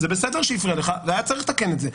זה בסדר שהפריעה לך והיה צריך לתקן את זה,